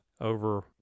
over